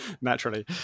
naturally